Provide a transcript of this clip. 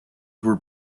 were